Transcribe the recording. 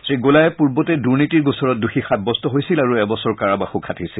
শ্ৰীগোলায় পূৰ্বতে দুৰ্নীতিৰ গোচৰত দোষী সাব্যস্ত হৈছিল আৰু এবছৰ কাৰাবাসো খাটিছিল